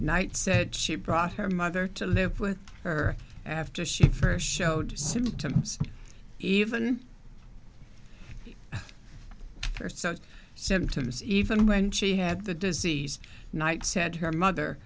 knight said she brought her mother to live with her after she first showed symptoms even for such symptoms even when she had the disease night said her mother